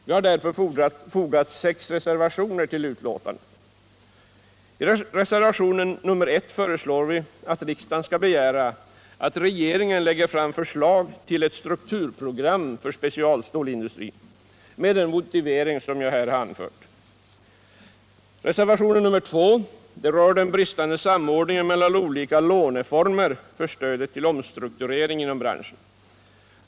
Vi har därför fogat sex reservationer vid betänkandet. I reservationen 1 föreslår vi att riksdagen skall begära att regeringen lägger fram förslag till ett strukturprogram för specialstålindustrin, med den motivering som jag här anfört. Reservationen 2 rör den bristande samordningen mellan olika låne former för stödet till omstrukturering inom branschen.